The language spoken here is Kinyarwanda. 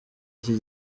iki